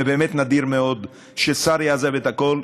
זה באמת נדיר מאוד ששר יעזוב את הכול,